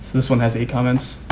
this one has eight comments.